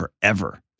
forever